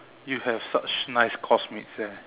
you have such nice coursemates there